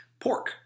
pork